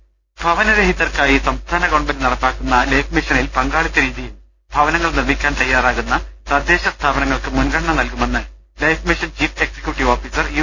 ക്കകകകക ഭവ ന ര ഹി തർക്കായി സംസ്ഥാന ഗവൺമെൻ്റ് നടപ്പാക്കുന്ന ലൈഫ് മിഷനിൽ പങ്കാളിത്തരീതിയിൽ ഭവന ങ്ങൾ നിർമ്മിക്കാൻ തയ്യാറാകുന്ന തദ്ദേശസ്ഥാപനങ്ങൾക്ക് മുൻഗണന നൽകുമെന്ന് life mission chief executive officer U